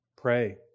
Pray